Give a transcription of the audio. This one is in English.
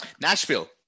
Nashville